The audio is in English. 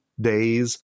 days